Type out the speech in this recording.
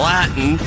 Latin